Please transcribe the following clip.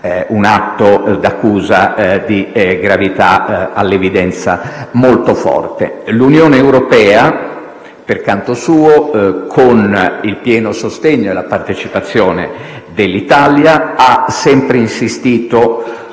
un atto d'accusa di una gravità all'evidenza molto forte. L'Unione europea, dal canto suo, con il pieno sostegno e la partecipazione dell'Italia, ha sempre insistito